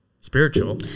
spiritual